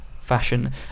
fashion